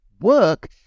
work